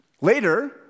Later